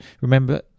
remember